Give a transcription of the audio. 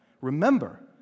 remember